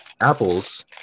apples